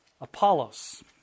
Apollos